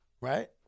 Right